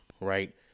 right